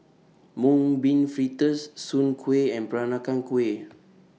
Mung Bean Fritters Soon Kuih and Peranakan Kueh